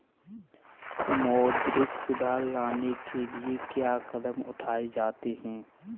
मौद्रिक सुधार लाने के लिए क्या कदम उठाए जाते हैं